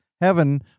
heaven